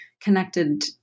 connected